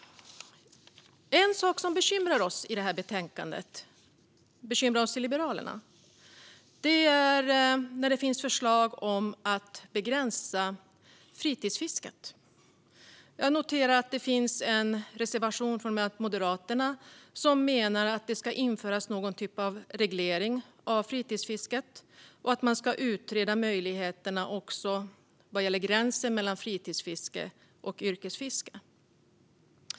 En sak som bekymrar oss liberaler i detta betänkande är förslag om att begränsa fritidsfisket. Jag noterar att det finns en reservation från Moderaterna där man menar att det ska införas någon typ av reglering av fritidsfisket och att man ska utreda gränsen mellan fritidsfiske och yrkesfiske.